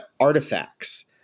artifacts